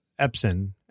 epson